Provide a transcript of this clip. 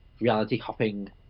reality-hopping